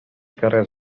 carrers